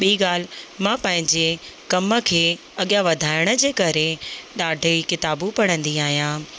ॿी ॻाल्हि मां पंहिंजे कम खे अॻियां वधाइण जे करे ॾाढे ई किताबूं पढ़ंदी आहियां